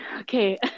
Okay